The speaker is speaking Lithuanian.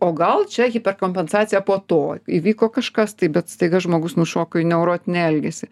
o gal čia hiperkompensacija po to įvyko kažkas tai bet staiga žmogus nušoko į neurotinį elgesį